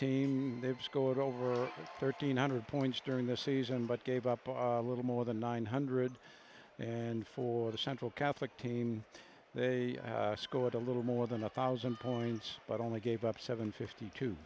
they've scored over thirteen hundred points during this season but gave up a little more than nine hundred and for the central catholic team they scored a little more than a thousand points but only gave up seven fifty two